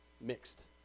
Mixed